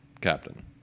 Captain